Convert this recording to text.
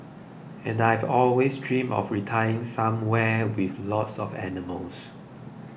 and I'd always dreamed of retiring somewhere with lots of animals